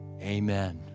Amen